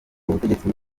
ubutegetsi